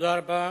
תודה רבה.